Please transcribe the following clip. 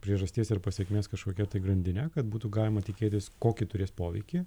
priežasties ir pasekmės kažkokia grandine kad būtų galima tikėtis kokį turės poveikį